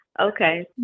Okay